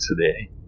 today